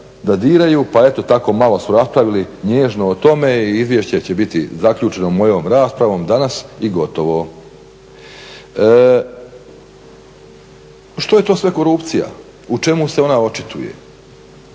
da diraju pa eto tako malo su raspravili nježno o tome i izvješće će biti zaključeno mojom raspravom danas i gotovo. Što je to sve korupcija, u čemu se ona očituje?